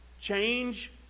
Change